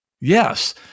yes